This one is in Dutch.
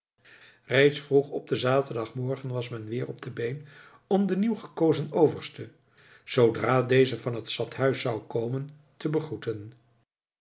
reeds vroeg op den zaterdagmorgen was men weer op de been om den nieuw gekozen overste zoodra deze van het stadhuis zou komen te begroeten